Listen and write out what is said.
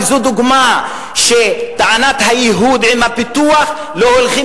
וזו דוגמה לטענה שהייהוד והפיתוח לא הולכים